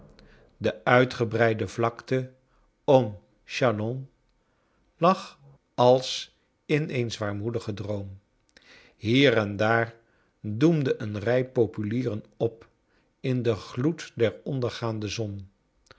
de uitgebreide vlakte om chalons lag als in een zwaarmoedigen droom hier en daar doemde een rij populieren op in den gloed der ondergaande zon